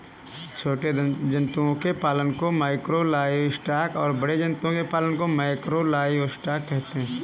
छोटे जंतुओं के पालन को माइक्रो लाइवस्टॉक और बड़े जंतुओं के पालन को मैकरो लाइवस्टॉक कहते है